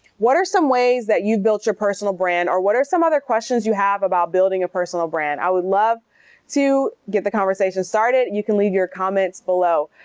what are some ways that you built your personal brand or what are some other questions you have about building a personal brand? i would love to get the conversation started. and you can leave your comments below.